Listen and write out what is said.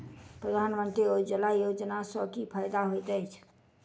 प्रधानमंत्री उज्जवला योजना सँ की फायदा होइत अछि?